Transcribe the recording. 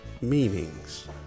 meanings